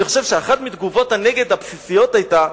אני חושב שאחת מתגובות הנגד הבסיסיות היתה,